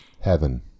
Heaven